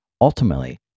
Ultimately